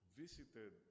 visited